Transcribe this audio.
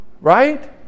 Right